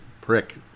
prick